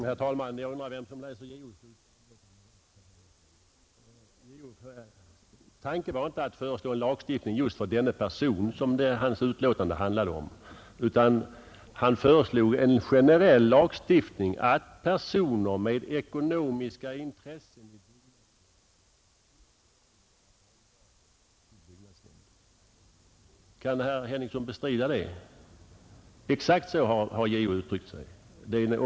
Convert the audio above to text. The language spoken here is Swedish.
Herr talman! Jag undrar vem som läser JO:s utlåtande rätt. JO:s tanke var inte att föreslå en lagstiftning just för den person som utlåtandet handlar om. JO föreslog en generell lagstiftning att personer med ekonomiska intressen i byggnadsverksamheten inte skulle vara valbara till byggnadsnämnd. Kan herr Henningsson bestrida detta? Exakt så har JO uttryckt sig.